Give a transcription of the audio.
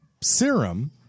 serum